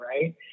right